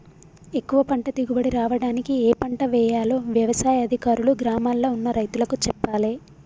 ఎక్కువ పంట దిగుబడి రావడానికి ఏ పంట వేయాలో వ్యవసాయ అధికారులు గ్రామాల్ల ఉన్న రైతులకు చెప్పాలే